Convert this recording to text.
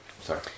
Sorry